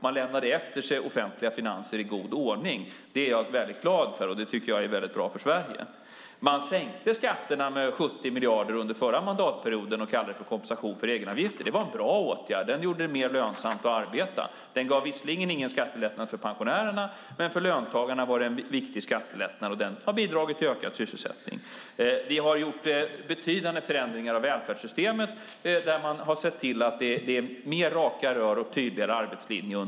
Man lämnade efter sig offentliga finanser i god ordning. Det är jag väldigt glad för, och det tycker jag är väldigt bra för Sverige. Man sänkte skatterna med 70 miljarder under förra mandatperioden och kallade det för kompensation för egenavgifter. Det var en bra åtgärd. Den gjorde det mer lönsamt att arbeta. Den gav visserligen ingen skattelättnad för pensionärerna, men för löntagarna var det en viktig skattelättnad, och den har bidragit till ökad sysselsättning. Man har under senare år gjort betydande förändringar av välfärdssystemen och sett till att det är mer raka rör och en tydligare arbetslinje.